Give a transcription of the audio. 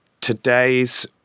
today's